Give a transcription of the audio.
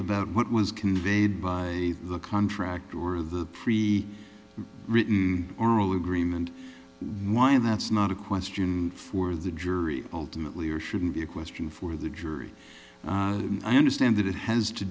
about what was conveyed by the contract or the pre written oral agreement why that's not a question for the jury ultimately or shouldn't be a question for the jury i understand that it has to